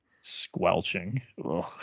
squelching